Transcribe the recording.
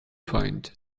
point